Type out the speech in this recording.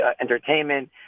entertainment